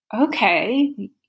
okay